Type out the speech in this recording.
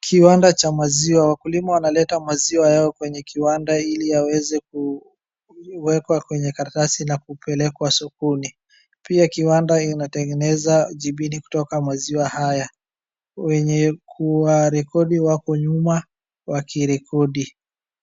Kiwanda cha maziwa, wakulima wanaleta maziwa yao kwenye kiwanda hili aweze kuwekwa kwenye karatasi na kupelekwa sokoni. Pia kiwanda inatengeneza jibini kutoka maziwa haya. Wenye kuwarekodi wako nyuma wakirekodi.